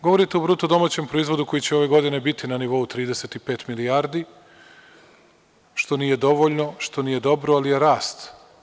Govorite o BDP koji će ove godine biti na nivou 35 milijardi, što nije dovoljno, što nije dobro, ali je rast.